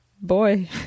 boy